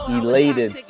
elated